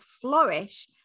flourish